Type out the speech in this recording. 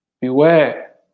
Beware